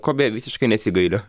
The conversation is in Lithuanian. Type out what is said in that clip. ko beje visiškai nesigailiu